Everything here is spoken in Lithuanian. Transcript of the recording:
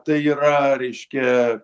tai yra reiškia